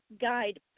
guide